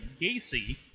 gacy